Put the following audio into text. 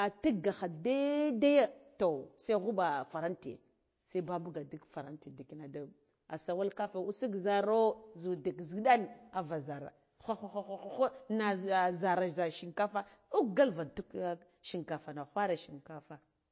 ah ntiggakha deydeye toh se ghuɓa farantiye se babuga duk faranti ndikina da asawalka kafe suk zharo zhu ndig zhiɗana va zhara kokho kho kho kho kho na zha zhara shinkafa ukgakva untuk shinkafa na fhura shinkafa